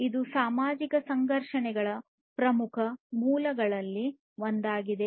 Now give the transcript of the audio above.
ಇದು ಸಾಮಾಜಿಕ ಸಂಘರ್ಷಗಳ ಪ್ರಮುಖ ಮೂಲಗಳಲ್ಲಿ ಒಂದಾಗಿದೆ